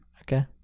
Okay